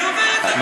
אני עובר את הגבול?